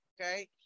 okay